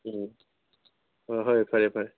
ꯎꯝ ꯍꯣꯏ ꯐꯔꯦ ꯐꯔꯦ